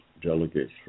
delegates